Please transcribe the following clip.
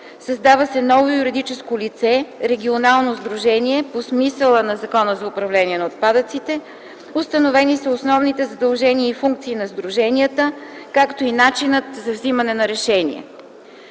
Създава се ново юридическо лице – регионално сдружение по смисъла на Закона за управление на отпадъците. Установени са основните задължения и функции на сдруженията, както и начинът за взимане на решения.